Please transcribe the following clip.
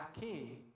king